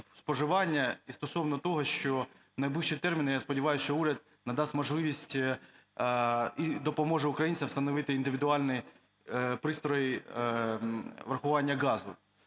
споживання, і стосовно того, що в найближчі терміни, я сподіваюсь, що уряд надасть можливість і допоможе українцям встановити індивідуальні пристрої врахування газу.